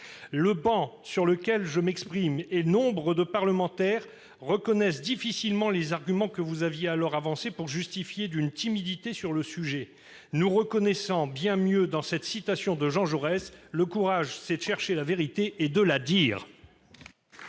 depuis lesquelles je m'exprime et nombre de parlementaires se reconnaissent difficilement dans les arguments que vous aviez alors avancés pour justifier votre timidité sur le sujet. Nous nous reconnaissons davantage dans cette citation de Jean Jaurès :« Le courage, c'est de chercher la vérité et de la dire